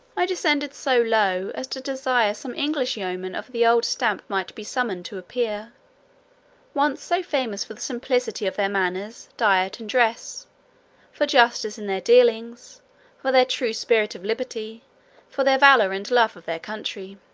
i descended so low, as to desire some english yeoman of the old stamp might be summoned to appear once so famous for the simplicity of their manners, diet, and dress for justice in their dealings for their true spirit of liberty for their valour, and love of their country.